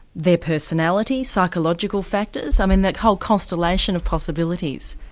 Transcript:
their personality, psychological factors i mean that whole constellation of possibilities?